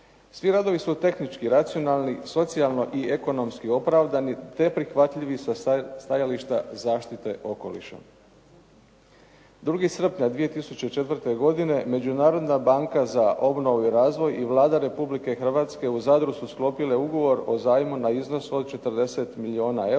Svi radovi su tehnički racionalni, socijalno i ekonomski opravdani, te prihvatljivi sa sastajališta zaštite okoliša. 2. srpnja 2004. godine Međunarodna banka za obnovu i razvoj i Vlada Republike Hrvatske u Zadru su sklopile ugovor o zajmu od 40 milijuna